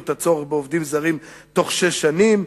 את הצורך בעובדים זרים בתוך שש שנים.